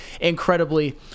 incredibly